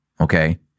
okay